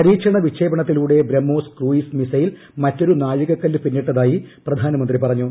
പരീക്ഷണ വിക്ഷേപണത്തിലൂടെ BrahMos cruise missile മറ്റൊരു നാഴികക്കല്ലു പിന്നിട്ടതായി പ്രധാനമന്ത്രി പറഞ്ഞു